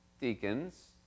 deacons